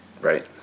Right